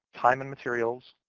time and materials,